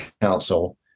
council